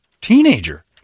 teenager